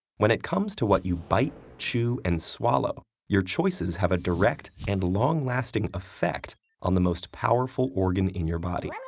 when it comes to what you bite, chew, and swallow, your choices have a direct and long-lasting effect on the most powerful organ in your body. and